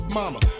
mama